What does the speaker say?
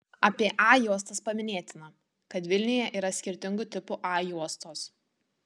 apie a juostas paminėtina kad vilniuje yra skirtingų tipų a juostos